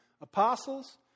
apostles